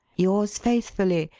yours faithfully,